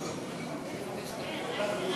חמש דקות, אדוני,